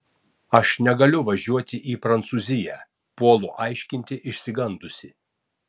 aš negaliu važiuoti į prancūziją puolu aiškinti išsigandusi